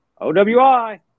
OWI